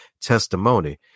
testimony